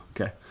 okay